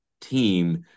team